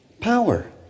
power